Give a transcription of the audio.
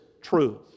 truth